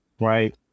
right